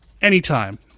anytime